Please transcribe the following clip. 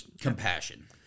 compassion